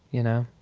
you know